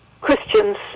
Christians